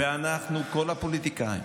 ואנחנו, כל הפוליטיקאים,